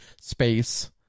space